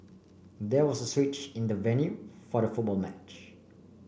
there was a switch in the venue for the football match